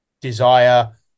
desire